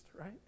right